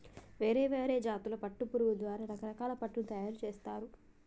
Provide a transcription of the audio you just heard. వేరే వేరే జాతుల పట్టు పురుగుల ద్వారా రకరకాల పట్టును తయారుచేస్తారు